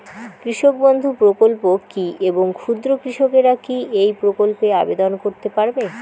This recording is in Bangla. কৃষক বন্ধু প্রকল্প কী এবং ক্ষুদ্র কৃষকেরা কী এই প্রকল্পে আবেদন করতে পারবে?